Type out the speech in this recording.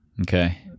okay